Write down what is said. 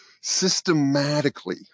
systematically